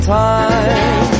time